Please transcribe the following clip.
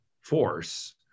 force